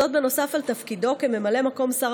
וזאת נוסף על תפקידו כממלא מקום שר